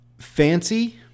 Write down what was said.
Fancy